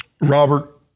Robert